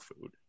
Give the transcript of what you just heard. food